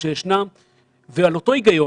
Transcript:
כלל ההנחיות.